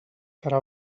serà